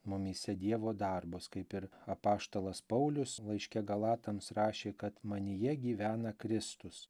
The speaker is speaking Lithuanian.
mumyse dievo darbus kaip ir apaštalas paulius laiške galatams rašė kad manyje gyvena kristus